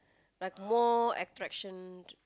like more attraction